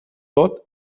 tot